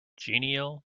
genial